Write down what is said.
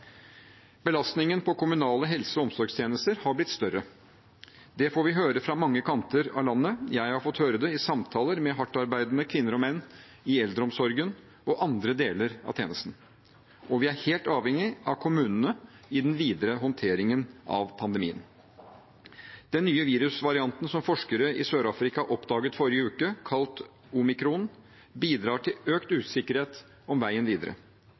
Belastningen på kommunale helse- og omsorgstjenester har blitt større. Det får vi høre fra mange kanter av landet. Jeg har fått høre det i samtaler med hardtarbeidende kvinner og menn i eldreomsorgen og andre deler av tjenesten. Og vi er helt avhengig av kommunene i den videre håndteringen av pandemien. Den nye virusvarianten som forskere i Sør-Afrika oppdaget forrige uke, kalt omikron, bidrar til økt usikkerhet om veien videre.